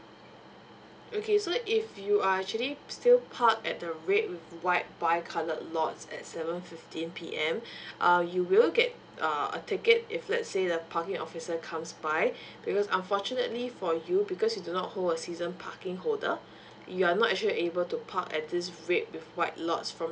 okay so if you are actually still parked at the red with white bicoloured lots at seven fifteen P_M uh you will get uh a ticket if let's say the parking officer comes by because unfortunately for you because you do not hold a season parking holder you're not actually able to park at this red with white lots from